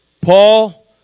Paul